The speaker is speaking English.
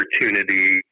opportunity